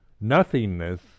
nothingness